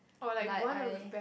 like I